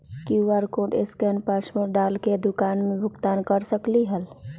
QR code scan password डाल कर दुकान में भुगतान कर सकलीहल?